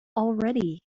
already